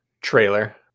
trailer